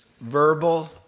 verbal